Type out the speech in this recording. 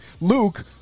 Luke